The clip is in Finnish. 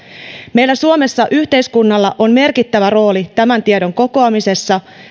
meillä suomessa yhteiskunnalla on merkittävä rooli niin tämän tiedon kokoamisessa